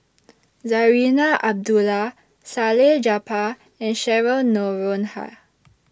Zarinah Abdullah Salleh Japar and Cheryl Noronha